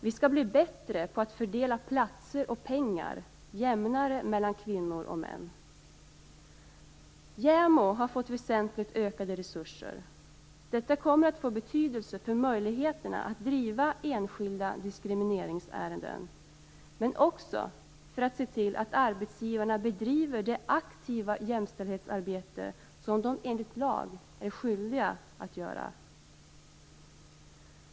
Vi skall bli bättre på att fördela platser och pengar jämnare mellan kvinnor och män. JämO har fått väsentligt ökade resurser. Detta kommer att få betydelse när det gäller möjligheterna att driva enskilda diskrimineringsärenden men också när det gäller att se till att arbetsgivarna bedriver det aktiva jämställdhetsarbete som de enligt lag är skyldiga att göra.